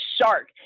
shark